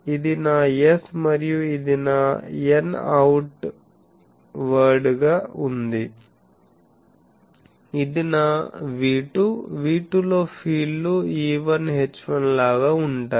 ఇది నా S మరియు ఇది నా n అవుట్ వర్డ్ గా ఉంది ఇది నా V2 V2 లో ఫీల్డ్లు E1 H1 లాగా ఉంటాయి